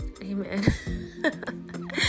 amen